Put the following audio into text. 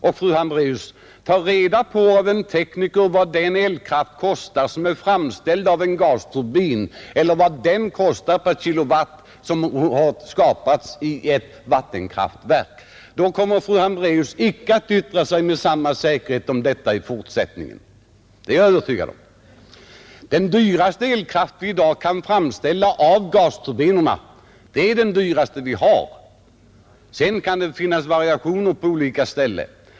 Och ta reda på av en tekniker, fru Hambraeus vad den elkraft kostar som är framställd i en gasturbin och vad den kraft kostar per kilowattimme som har skapats i ett vattenkraftverk. Då kommer fru Hambraeus icke att yttra sig med samma säkerhet om detta i fortsättningen — det är jag övertygad om. Den elkraft vi i dag kan framställa i gasturbiner är den dyraste vi har. Sedan kan det naturligtvis vara variationer på olika ställen.